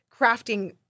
crafting